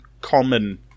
common